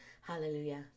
Hallelujah